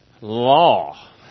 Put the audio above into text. Law